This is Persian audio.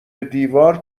دیوار